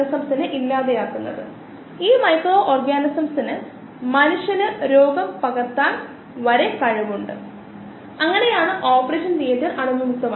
വളർച്ചയെ ആശ്രയിച്ചുള്ള ഉൽപ്പന്നങ്ങളെ ചിലപ്പോൾ പ്രാഥമിക മെറ്റബോളിറ്റുകൾ എന്നും വളർച്ച സ്വതന്ത്ര ഉൽപ്പന്നങ്ങളെ ദ്വിതീയ മെറ്റബോളിറ്റുകൾ എന്നും വിളിക്കുന്നു